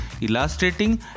illustrating